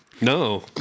No